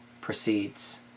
proceeds